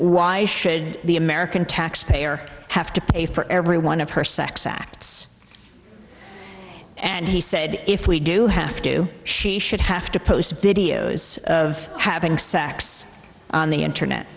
why should the american taxpayer have to pay for every one of her sex acts and he said if we do have to do she should have to post videos of having sex on the internet